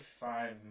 five